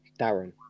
Darren